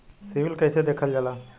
CIBIL कैसे देखल जाला?